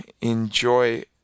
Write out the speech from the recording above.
enjoy